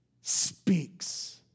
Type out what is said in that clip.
speaks